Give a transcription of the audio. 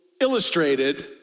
illustrated